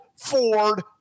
Ford